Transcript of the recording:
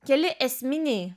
keli esminiai